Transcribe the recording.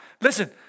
Listen